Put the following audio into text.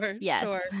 yes